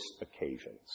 occasions